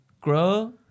grow